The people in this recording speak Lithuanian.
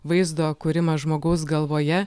vaizdo kūrimas žmogaus galvoje